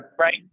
Right